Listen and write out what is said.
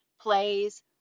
plays